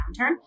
downturn